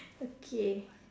okay